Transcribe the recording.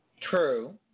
True